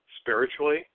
spiritually